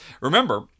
Remember